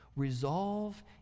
resolve